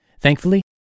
Thankfully